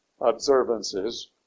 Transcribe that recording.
observances